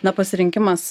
na pasirinkimas